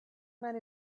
man